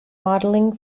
modeling